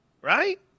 Right